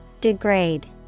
Degrade